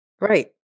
Right